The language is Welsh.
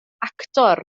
actor